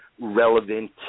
relevant